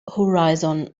horizon